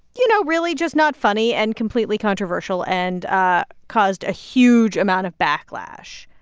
you know, really just not funny and completely controversial and ah caused a huge amount of backlash.